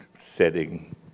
setting